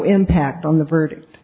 impact on the verdict